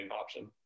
option